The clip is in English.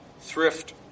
thrift